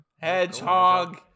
Hedgehog